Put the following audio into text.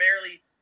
barely